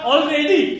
Already